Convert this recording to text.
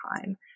time